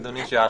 אם זה מה